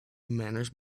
manners